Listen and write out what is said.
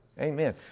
Amen